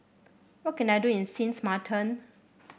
what can I do in Sins Maarten